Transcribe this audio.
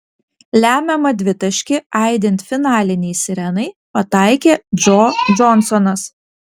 lemiamą dvitaškį aidint finalinei sirenai pataikė džo džonsonas